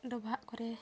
ᱰᱚᱵᱷᱟᱜ ᱠᱚᱨᱮ